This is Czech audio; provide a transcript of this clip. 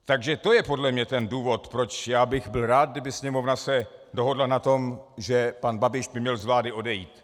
Takže to je podle mě ten důvod, proč já bych byl rád, kdyby se Sněmovna dohodla na tom, že pan Babiš by měl z vlády odejít.